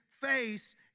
face